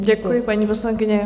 Děkuji, paní poslankyně.